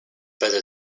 better